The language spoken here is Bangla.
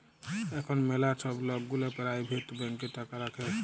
এখল ম্যালা ছব লক গুলা পারাইভেট ব্যাংকে টাকা রাখে